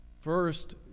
First